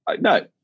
No